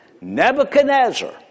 Nebuchadnezzar